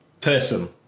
person